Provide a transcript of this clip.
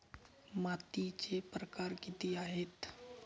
मातीचे प्रकार किती आहेत?